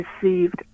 received